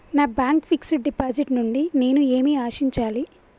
నా bank fixed deposit నుండి నేను ఏమి ఆశించాలి?